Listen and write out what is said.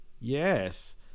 yes